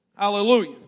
Hallelujah